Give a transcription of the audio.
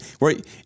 right